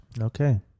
Okay